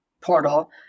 portal